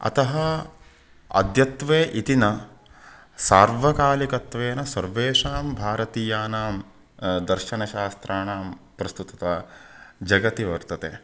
अतः अद्यत्वे इति न सार्वकालिकत्वेन सर्वेषां भारतीयानां दर्शनशास्त्राणां प्रस्तुतता जगति वर्तते